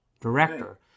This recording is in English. director